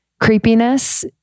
creepiness